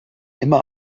immer